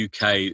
UK